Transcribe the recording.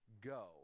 go